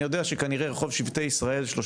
אני יודע שכנראה רחוב שבטי ישראל 34,